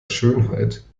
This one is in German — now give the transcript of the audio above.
schönheit